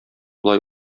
болай